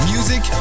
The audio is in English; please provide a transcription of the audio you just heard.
Music